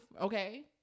Okay